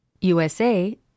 USA